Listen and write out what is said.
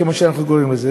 כמו שאנחנו קוראים לזה.